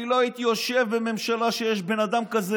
אני לא הייתי יושב בממשלה שיש בה בן אדם כזה,